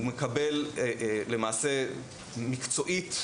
הוא מקבל למעשה מקצועית,